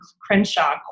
Crenshaw